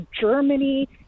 Germany